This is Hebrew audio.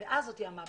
ואז זאת תהיה מהפכה.